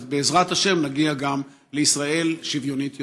אז בעזרת השם נגיע גם לישראל שוויונית יותר.